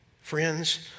friends